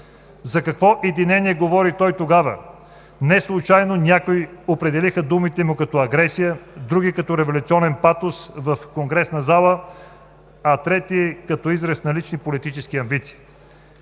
За какво единение говори той тогава? Неслучайно някои определиха думите му като агресия, други като революционен патос в конгресна зала, а трети като израз на лични политически амбиции.